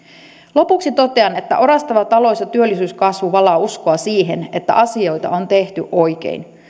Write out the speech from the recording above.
lopuksi totean että orastava talous ja työllisyyskasvu valaa uskoa siihen että asioita on tehty oikein